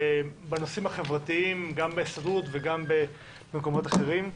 בנושאים החברתיים גם בהסתדרות וגם במקומות אחרים.